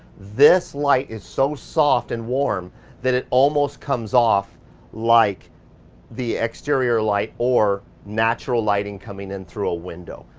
this light is so soft and warm that it almost comes off like the exterior light or natural lighting coming in through a window.